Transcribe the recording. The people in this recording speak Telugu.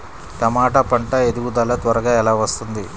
టమాట పంట ఎదుగుదల త్వరగా ఎలా వస్తుంది?